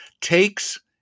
takes